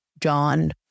John